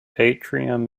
atrium